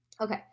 Okay